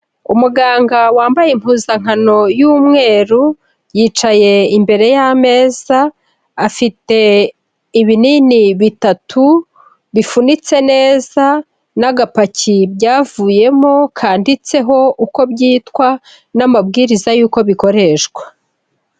Umuganga wambaye impuzankano y'umweru, yicaye imbere y'ameza, afite ibinini bitatu bifunitse neza n'agapaki byavuyemo, kanditseho uko byitwa n'amabwiriza y'uko bikoreshwa.